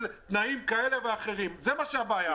יהיו תנאים כאלה ואחרים זו הבעיה.